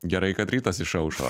gerai kad rytas išaušo